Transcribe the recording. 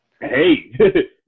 Hey